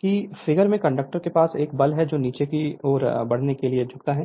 कि फिगर में कंडक्टर के पास एक बल है जो नीचे की ओर बढ़ने के लिए झुकता है